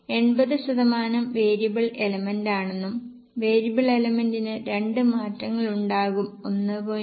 80 ശതമാനം വേരിയബിൾ എലമെന്റാണെന്നും വേരിയബിൾ എലമെന്റിന് രണ്ട് മാറ്റങ്ങളുണ്ടാകും 1